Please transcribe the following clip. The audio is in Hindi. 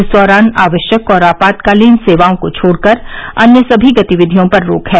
इस दौरान आवश्यक और आपातकालीन सेवाओं को छोड़कर अन्य समी गतिविधियों पर रोक है